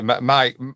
Mike